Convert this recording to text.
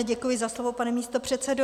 Děkuji za slovo, pane místopředsedo.